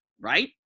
right